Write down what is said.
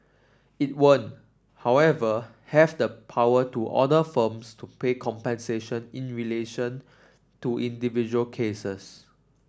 it won't however have the power to order firms to pay compensation in relation to individual cases